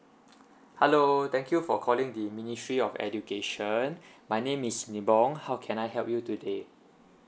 hello thank you for calling the ministry of education my name is nibong how can I help you today